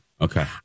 Okay